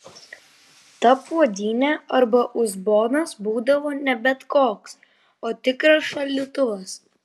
ta puodynė arba uzbonas būdavo ne bet koks o tikras šaldytuvas